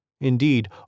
indeed